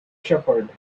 shepherd